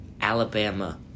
Alabama